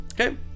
Okay